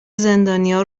زندانیا